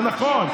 זה נכון.